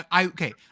Okay